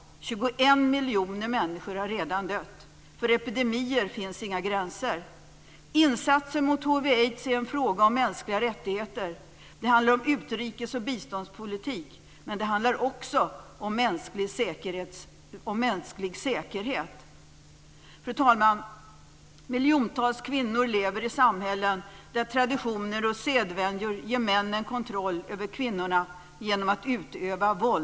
21 miljoner människor har redan dött. För epidemier finns inga gränser. Insatser mot hiv/aids är en fråga om mänskliga rättigheter. Det handlar om utrikes och biståndspolitik, men det handlar också om mänsklig säkerhet. Fru talman! Miljontals kvinnor lever i samhällen där traditioner och sedvänjor ger männen möjlighet att genom utövande av våld kontrollera kvinnorna.